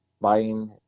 buying